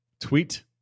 tweet